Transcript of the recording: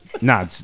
Nah